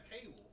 cable